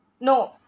No